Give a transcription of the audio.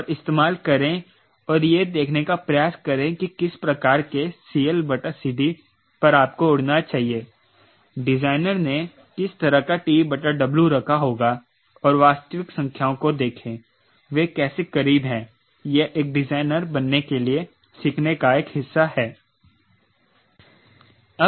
और इस्तेमाल करें और यह देखने का प्रयास करें कि किस प्रकार के CLCD पर आपको उड़ना चाहिए डिजाइनर ने किस तरह का TW रखा होगा और वास्तविक संख्याओं को देखें वे कैसे करीब हैं यह एक डिजाइनर बनने के लिए सीखने का एक हिस्सा है